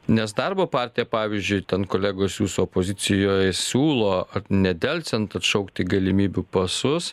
nes darbo partija pavyzdžiui ten kolegos jūsų opozicijoj siūlo nedelsiant atšaukti galimybių pasus